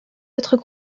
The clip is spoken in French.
autres